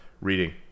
reading